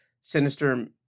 sinister